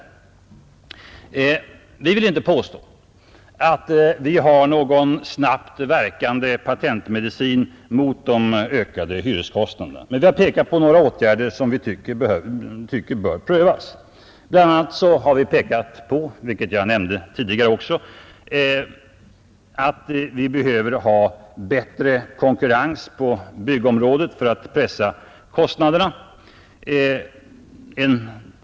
Vi vill inte påstå att vi har någon snabbt verkande patentmedicin mot de ökande hyreskostnaderna, men vi vill peka på några åtgärder som vi tycker bör prövas. Bl. a. har vi, vilket jag nämnde också tidigare, pekat på att det behövs en bättre konkurrens på byggområdet för att pressa kostnaderna.